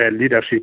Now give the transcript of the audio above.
leadership